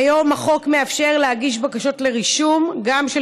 כיום החוק מאפשר להגיש בקשות לרישום גם של